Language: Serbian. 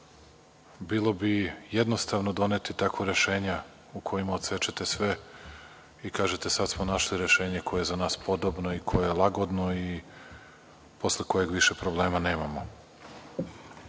bilo bi jednostavno doneti takvo rešenje u kojima odsečete sve i kažete – sad smo našli rešenje koje je za nas podobno i koje je lagodno i posle kojeg više problema nemamo. Šta